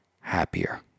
happier